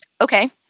Okay